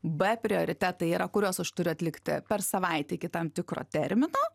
b prioritetai yra kuriuos aš turiu atlikti per savaitę iki tam tikro termino